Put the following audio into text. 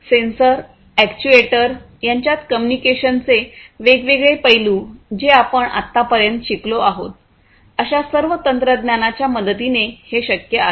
sensor actuators यांच्यात कम्युनिकेशनचे वेगवेगळे पैलू जे आपण आतापर्यंत शिकलो आहोत अशा सर्व तंत्रज्ञानाच्या मदतीने हे शक्य आहे